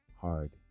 hard